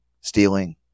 stealing